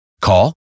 Call